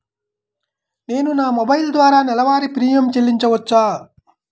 నేను నా మొబైల్ ద్వారా నెలవారీ ప్రీమియం చెల్లించవచ్చా?